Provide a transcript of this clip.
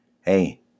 Hey